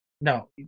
No